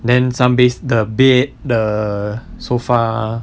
then some base the bed the sofa